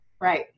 Right